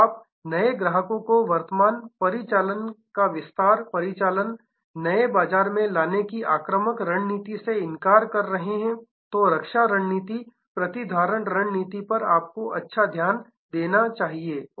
जब आप नए ग्राहकों को वर्तमान परिचालन का विस्तार परिचालन नए बाजारों में लाने की आक्रामक रणनीति से इनकार कर रहे हैं तो रक्षा रणनीति प्रतिधारण रणनीति पर आपका अच्छा ध्यान होना चाहिए